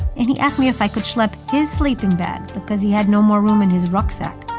and he asked me if i could schlep his sleeping bag but because he had no more room in his rucksack.